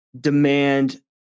demand